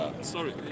sorry